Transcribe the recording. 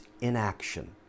inaction